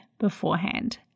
beforehand